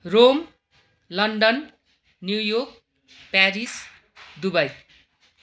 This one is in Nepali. Rome London New York Paris Dubai